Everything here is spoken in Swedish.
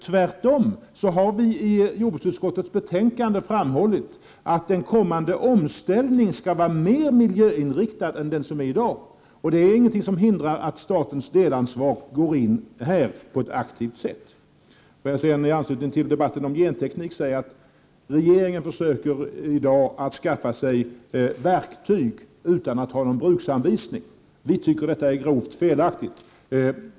Tvärtom har vi i jordbruksutskottets betänkande framhållit att en kommande omställning skall vara mer miljöinriktad än vad jordbruket är i dag. Det finns inget som hindrar att staten går in på ett aktivt sätt och tar sitt delansvar. I anslutning till debatten om genteknik vill jag säga att regeringen i dag försöker att skaffa sig verktyg utan att ha bruksanvisningar. Vi tycker att detta är grovt felaktigt.